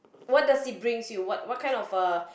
what does it brings you what what kind of uh